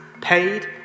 paid